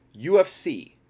UFC